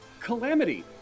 Calamity